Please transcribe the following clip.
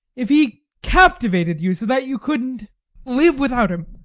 if he captivated you? so that you couldn't live without him?